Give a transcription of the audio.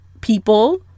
people